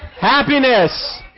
Happiness